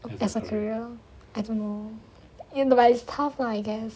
as a career I don't know but it's tough lah I guess